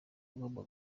agomba